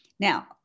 Now